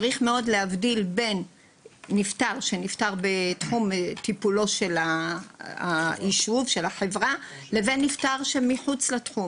יש להבדיל בין נפטר בתחום הטיפול של החברה לבין נפטר שמחוץ לתחום.